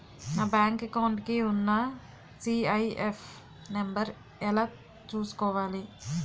నా bank account కి ఉన్న సి.ఐ.ఎఫ్ నంబర్ ఎలా చూసుకోవాలి?